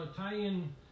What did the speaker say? Italian